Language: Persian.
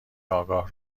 آگاه